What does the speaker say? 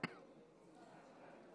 מתנגדים.